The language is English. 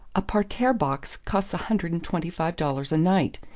a parterre box costs a hundred and twenty-five dollars a night,